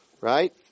Right